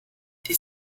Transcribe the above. die